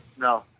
No